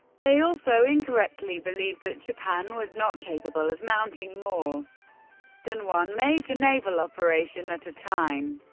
they also incorrectly believed that japan was not capable of mounting more than one major naval operation at a time.